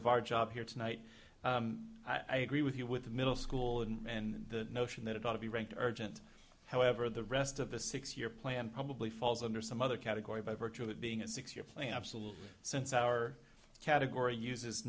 of our job here tonight i agree with you with the middle school and the notion that it ought to be ranked urgent however the rest of the six year plan probably falls under some other category by virtue of it being a six year plan absolutely since our category use